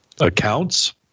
accounts